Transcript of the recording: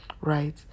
right